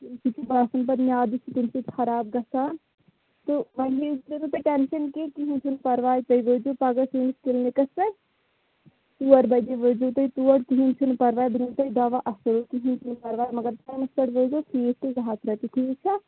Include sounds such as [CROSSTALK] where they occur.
[UNINTELLIGIBLE] چھِ باسان پَتہٕ میٛادٕ چھِ تَمہِ سۭتۍ خراب گژھان تہٕ [UNINTELLIGIBLE] ٹٮ۪نشَن کیٚنٛہہ کِہیٖنۍ چھُنہٕ پَرواے تُہۍ وٲتۍزیو پَگاہ سٲنِس کِلنِکَس پٮ۪ٹھ ژور بَجے وٲتۍزیو تُہۍ تور کِہیٖنۍ چھُنہٕ پَرواے بہٕ دِمو تۄہہِ دوا اَصٕل کِہیٖنۍ چھُنہٕ پَرواے مگر ٹایمَس پٮ۪ٹھ وٲتۍزیو فیٖس چھُ زٕ ہَتھ رۄپیہِ ٹھیٖک چھا